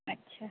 अच्छा